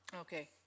Okay